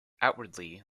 outwardly